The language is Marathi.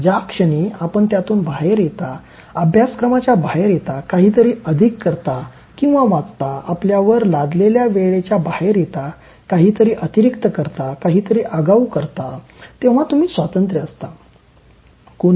" ज्या क्षणी आपण त्यातून बाहेर येता अभ्यासक्रमाच्या बाहेर येता काहीतरी अधिक करता किंवा वाचता आपल्यावर लादलेल्या वेळेच्या बाहेर येता काहीतरी अतिरिक्त करता काहीतरी आगाऊ करता तेव्हा तुम्ही स्वतंत्र असता